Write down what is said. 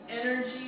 energy